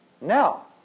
Now